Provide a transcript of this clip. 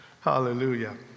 Hallelujah